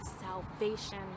salvation